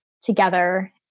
together